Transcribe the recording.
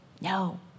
No